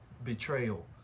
betrayal